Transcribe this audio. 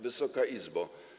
Wysoka Izbo!